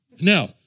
Now